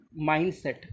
mindset